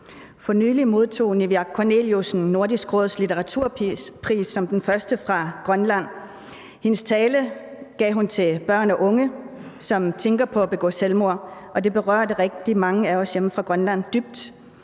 For nylig modtog Niviaq Korneliussen Nordisk Råds litteraturpris som den første fra Grønland. Hendes tale var til børn og unge, som tænker på at begå selvmord, og det berørte rigtig mange af os hjemme fra Grønland dybt.